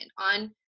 on